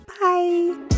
Bye